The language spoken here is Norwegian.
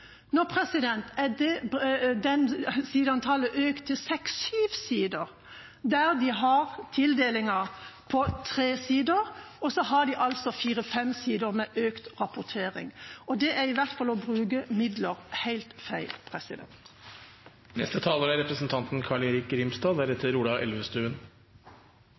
sideantallet økt til seks–syv sider, der tildelingen er på tre sider, og fire–fem sider handler om økt rapportering. Det er i hvert fall å bruke midler helt feil. Jeg er enig med representanten